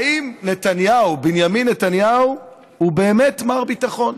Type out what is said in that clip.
האם נתניהו, בנימין נתניהו, הוא באמת מר ביטחון?